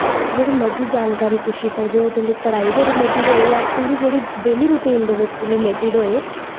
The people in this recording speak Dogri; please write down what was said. जेह्ड़ी मर्जी जानकारी पुच्छी सकदे हो तुं'दी पढ़ाई दे रिलेटिड होई जां तुं'दी जेह्ड़ी डेली रूटीन दे बिच रिलेटिड होए